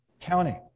county